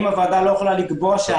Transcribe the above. הוועדה לא יכולה לקבוע?